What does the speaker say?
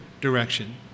direction